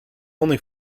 only